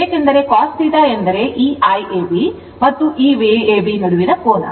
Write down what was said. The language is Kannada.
ಏಕೆಂದರೆ cos θ ಎಂದರೆ ಈ Iab ಮತ್ತು ಈ Vab ನಡುವಿನ ಕೋನ